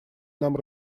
нам